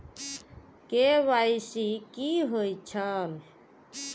KYC कि होई छल?